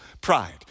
pride